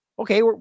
Okay